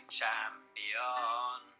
champion